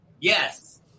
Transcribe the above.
yes